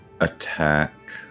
attack